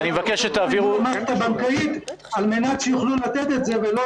--- המערכת הבנקאית כדי שיוכלו לתת את זה ולא